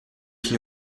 qui